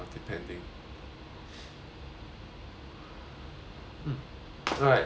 mm alright